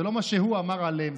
זה לא מה שהוא אמר עליהם,